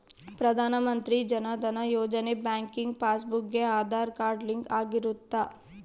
ಪ್ರಧಾನ Mantri Jan Dhan Yojana bank passbook ಗೆ Aadhaar card link ಆಗಿರುತ್ತ